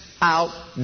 out